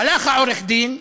הלך עורך-הדין,